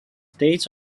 date